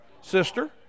sister